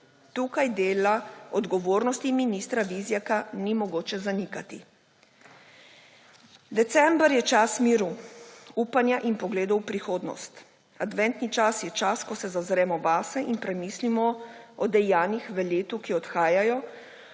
Tukaj dela odgovornosti ministra Vizjaka ni mogoče zanikati. December je čas miru, upanja in pogledov v prihodnost. Adventni čas je čas, ko se zazremo vase in premislimo o dejanjih v letu, ki odhajajo,